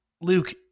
Luke